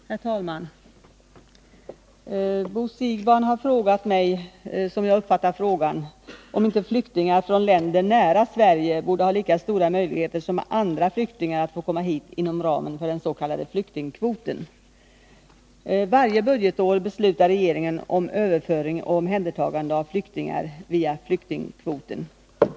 Herr talman! Bo Siegbahn har frågat mig — som jag har uppfattat frågan — om inte flyktingar från länder nära Sverige borde ha lika stora möjligheter som andra flyktingar att få komma hit inom ramen för den s.k. flyktingkvoten. Varje budgetår beslutar regeringen om överföring och omhändertagande av flyktingar via flyktingkvoten.